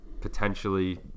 Potentially